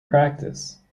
practice